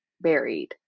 buried